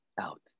out